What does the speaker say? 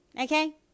Okay